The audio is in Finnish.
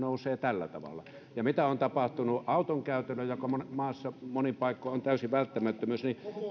nousevat tällä tavalla ja mitä on tapahtunut autonkäytölle joka maassa monin paikoin on täysi välttämättömyys